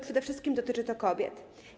Przede wszystkim dotyczy to kobiet.